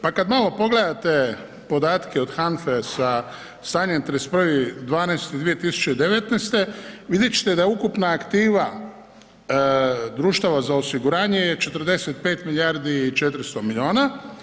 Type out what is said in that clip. Pa kad malo pogledate podatke od HANFE sa stanjem 31.12.2019. vidjet ćete da je ukupna aktiva društava za osiguranje je 45 milijardi i 400 miliona.